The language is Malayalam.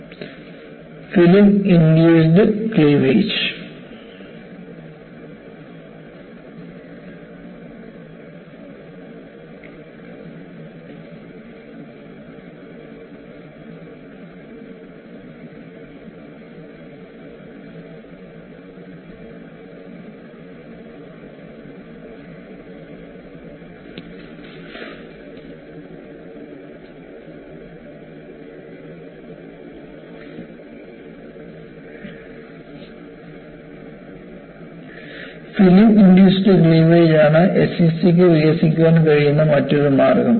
film induced cleavage film induced cleavage ആണ് എസ്സിസിക്ക് വികസിക്കാൻ കഴിയുന്ന മറ്റൊരു മാർഗം